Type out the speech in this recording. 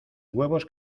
huevos